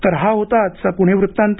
तर हा होता आजचा पुणे वृत्तांत